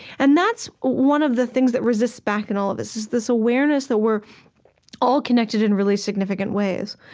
and that's one of the things that resists back in all of this, is this awareness that we're all connected in really significant ways.